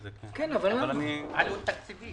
כל אחד מאתנו מכיר את התלונות ואת התשובות לעיתים של תביעות,